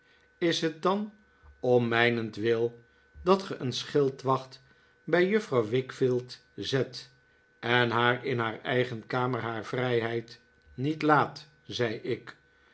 is het dan om mijnentwil dat ge een schildwacht bij juffrouw wickfield zet en haar in haar eigen kamer haar vrijheid niet laat zei ik